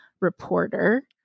reporter